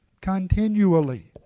continually